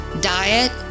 diet